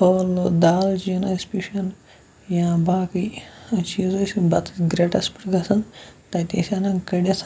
ٲلہٕ دالچیٖن ٲسۍ پِشان یا باقٕے چیٖز ٲسۍ یِم پَتہٕ ٲسۍ گرٛٮ۪ٹَس پٮ۪ٹھ گَژھان تَتہِ ٲسۍ اَنان کٔڑِتھ